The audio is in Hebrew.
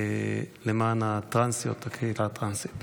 למען הטרנסיות, הקהילה הטרנסית.